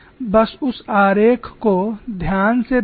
बस उस आरेख को ध्यान से देखें